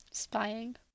Spying